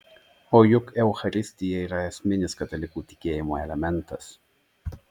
o juk eucharistija yra esminis katalikų tikėjimo elementas